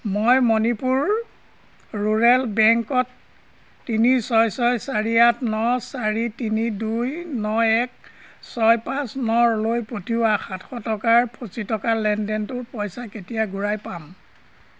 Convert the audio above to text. মই মণিপুৰ ৰুৰেল বেংকত তিনি ছয় ছয় চাৰি আঠ ন চাৰি তিনি দুই ন এক ছয় পাঁচ নলৈ পঠিওৱা সাতশ টকাৰ ফচি থকা লেনদেনটোৰ পইচা কেতিয়া ঘূৰাই পাম